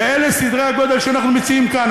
שאלה סדרי הגודל שאנחנו מציעים כאן.